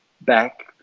back